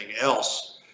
else